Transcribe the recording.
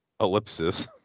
ellipsis